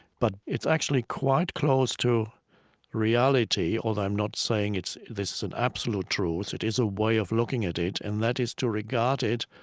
but it's actually quite close to reality. although, i am not saying this is an absolute truth, it is a way of looking at it. and that is to regard it